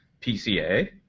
PCA